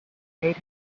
made